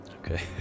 Okay